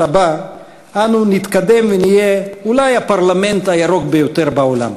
הבא אנו נתקדם ונהיה אולי הפרלמנט הירוק ביותר בעולם.